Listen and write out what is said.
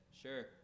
Sure